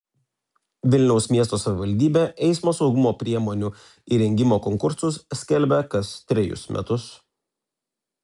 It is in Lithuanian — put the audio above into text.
vilniaus miesto savivaldybė eismo saugumo priemonių įrengimo konkursus skelbia kas trejus metus